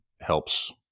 helps